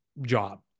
job